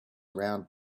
round